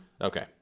Okay